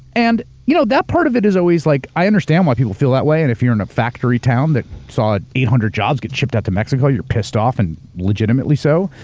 and you know that part of it is always like. i understand why people feel that way, and if you're in a factory town that saw it eight hundred jobs get shipped out to mexico, you're pissed off and legitimately so.